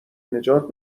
نجات